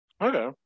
Okay